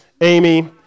Amy